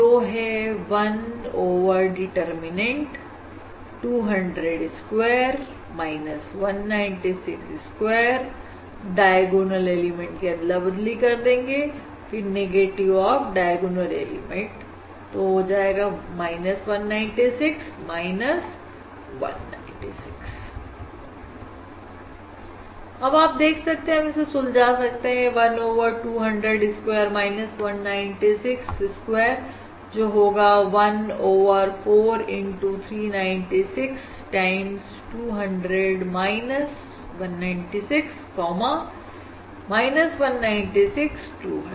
जो है 1 over determinant square 196 square diagonal element की अदला बदली कर देंगे नेगेटिव ऑफ डायगोनल एलिमेंट 196 196 अब आप देख सकते हैं हम इसे सुलझा सकते हैं 1 ओवर 200 स्क्वायर 196 स्क्वायर जो होगा 1 ओवर 4 396 टाइम 200 196 196 200